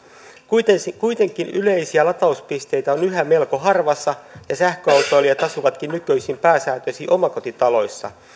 kuitenkin kuitenkin yleisiä latauspisteitä on yhä melko harvassa ja sähköautoilijat asuvatkin nykyisin pääsääntöisesti omakotitaloissa